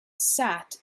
sat